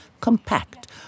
compact